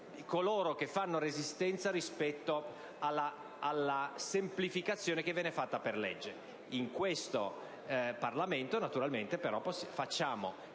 coloro che fanno resistenza rispetto alla semplificazione che viene fatta per legge. In questo Parlamento, di leggi ci occupiamo,